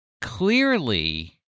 clearly